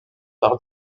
par